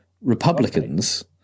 Republicans